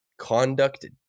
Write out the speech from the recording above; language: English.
conduct